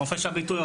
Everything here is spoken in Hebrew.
חופש הביטוי,